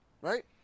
Right